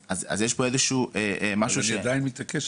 אז יש פה איזשהו משהו --- אז אני עדיין מתעקש,